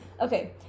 Okay